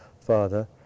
father